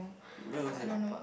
when was that